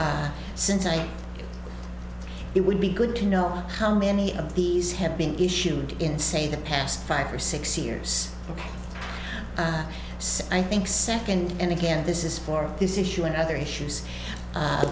feet since i it would be good to know how many of these have been issued in say the past five or six years so i think second and again this is for this issue and other issues